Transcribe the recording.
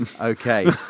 Okay